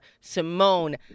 Simone